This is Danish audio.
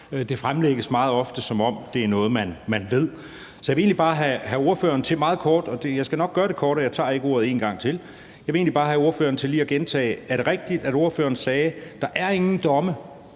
hørt, fremlægges, som om det er noget, man ved. Så jeg vil egentlig bare – og jeg skal nok gøre det kort, og jeg tager ikke ordet en gang til – have ordføreren til lige at gentage: Er det rigtigt, at ordføreren sagde, at der ikke er nogen domme,